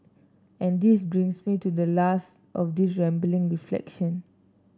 and this brings me to the last of these rambling reflection